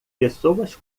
pessoas